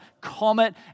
comet